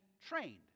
trained